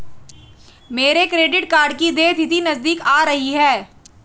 मेरे credit card की देय तिथि नज़दीक आ रही है